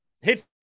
hits